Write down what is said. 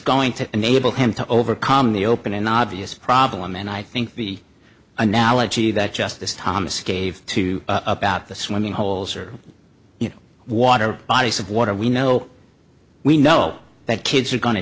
going to enable him to overcome the open and obvious problem and i think the analogy that justice thomas gave to about the swimming holes or you know water bodies of water we know we know that kids are going to